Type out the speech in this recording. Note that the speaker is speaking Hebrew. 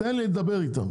תן לי לדבר איתם.